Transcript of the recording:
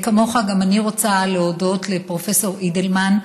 כמוך, גם אני רוצה להודות לפרופ' אידלמן,